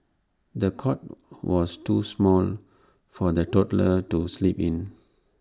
the cot was too small for the toddler to sleep in